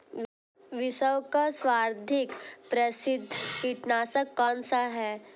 विश्व का सर्वाधिक प्रसिद्ध कीटनाशक कौन सा है?